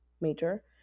major